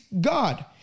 God